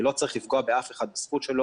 ולא צריך לפגוע בזכות של אף אחד.